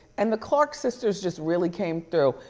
and the clark sisters just really came through.